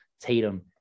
Tatum